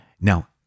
Now